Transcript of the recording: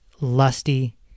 lusty